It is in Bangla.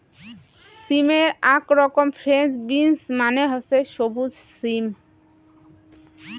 সিমের আক রকম ফ্রেঞ্চ বিন্স মানে হসে সবুজ সিম